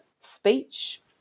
speech